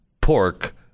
pork